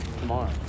tomorrow